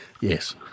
yes